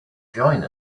join